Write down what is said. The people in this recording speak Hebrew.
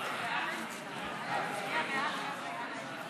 עאידה תומא